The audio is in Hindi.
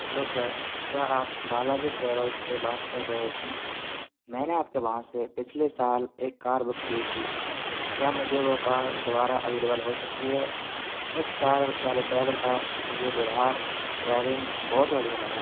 हेलो सर क्या आप बालाजी ट्रैवल्स से बात कर रहे हैं मैंने आपके वहाँ से पिछले साल एक कार बुक की थी क्या मुझे वो कार दोबारा अवेलेवल हो सकती है उस कार वाले ड्राइवर का मुझे व्यवहार ड्राइविंग मुझे बहुत बढ़िया लगा